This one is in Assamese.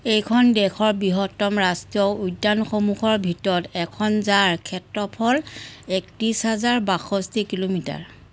এইখন দেশৰ বৃহত্তম ৰাষ্ট্ৰীয় উদ্যানসমূহৰ ভিতৰত এখন যাৰ ক্ষেত্ৰফল একত্ৰিছ হাজাৰ বাষষ্ঠি কিলোমিটাৰ